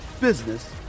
business